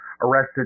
arrested